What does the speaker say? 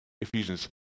Ephesians